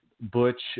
butch